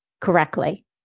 correctly